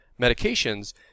medications